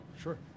Sure